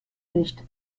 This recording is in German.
nicht